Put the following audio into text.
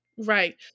Right